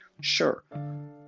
Sure